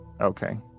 Okay